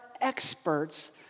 experts